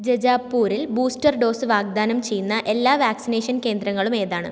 ജജാപൂരിൽ booster dose വാഗ്ദാനം ചെയ്യുന്ന എല്ലാ വാക്സിനേഷൻ കേന്ദ്രങ്ങളും ഏതാണ്